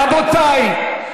רבותי,